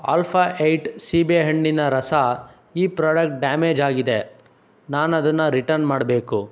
alpha eight ಸೀಬೆಹಣ್ಣಿನ ರಸ ಈ ಪ್ರಾಡಕ್ಟ್ ಡ್ಯಾಮೇಜ್ ಆಗಿದೆ ನಾನು ಅದನ್ನ ರಿಟರ್ನ್ ಮಾಡಬೇಕು